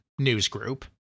newsgroup